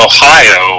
Ohio